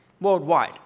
worldwide